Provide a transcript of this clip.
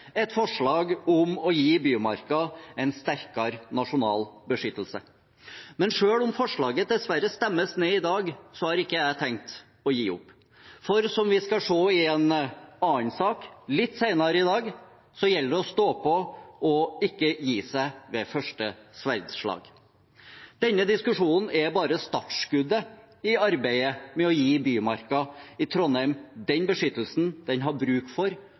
et forslag om å gi Bymarka en sterkere nasjonal beskyttelse. Selv om forslaget dessverre stemmes ned i dag, har jeg ikke tenkt å gi opp, for som vi skal se i en annen sak litt senere i dag, gjelder det å stå på og ikke gi seg ved første sverdslag. Denne diskusjonen er bare startskuddet for arbeidet med å gi Bymarka i Trondheim den beskyttelsen den har bruk for,